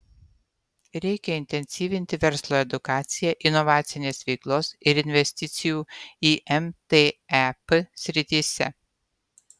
reikia intensyvinti verslo edukaciją inovacinės veiklos ir investicijų į mtep srityse